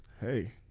Hey